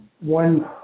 one